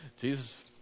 Jesus